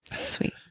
Sweet